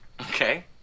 Okay